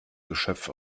geschöpf